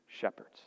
shepherds